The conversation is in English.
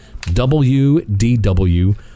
WDW